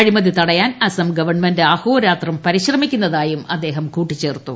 അഴിമതി തടയാൻ അസം ഗവൺമെന്റ് അഹോരാത്രം പരിശ്രമിക്കുന്നതായും അദ്ദേഹം കൂട്ടിച്ചേർത്തു